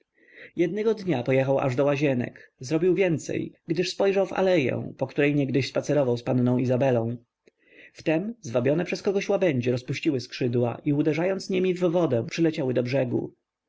jednego dnia pojechał aż do łazienek zrobił więcej gdyż spojrzał w aleję po której niegdyś spacerował z panną izabelą wtem zwabione przez kogoś łabędzie rozpuściły skrzydła i uderzając niemi o wodę przyleciały do brzegu